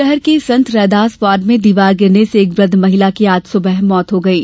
शहर के संत रैदास वार्ड में दीवार गिरने से एक वृद्ध महिला की आज सुबह मौत हो गयी